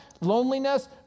loneliness